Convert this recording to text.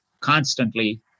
constantly